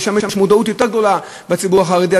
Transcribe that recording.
ויש מודעות יותר גדולה בציבור החרדי,